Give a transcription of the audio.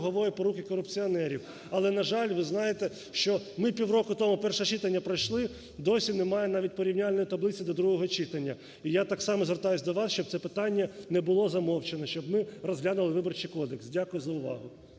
Дякую за увагу.